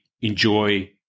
enjoy